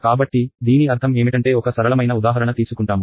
కాబట్టి దీని అర్థం ఏమిటంటే ఒక సరళమైన ఉదాహరణ తీసుకుంటాము